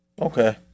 Okay